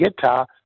guitar